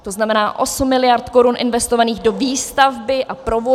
To znamená osm miliard korun investovaných do výstavby a provozu.